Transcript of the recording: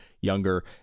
younger